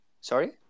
Sorry